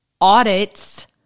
audits